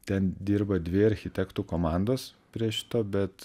ten dirba dvi architektų komandos prie šito bet